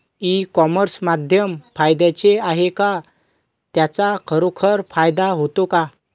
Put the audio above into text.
E commerce माध्यम फायद्याचे आहे का? त्याचा खरोखर फायदा होतो का?